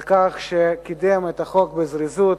על כך שקידם את החוק בזריזות.